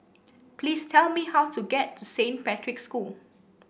please tell me how to get to Saint Patrick's School